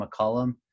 McCollum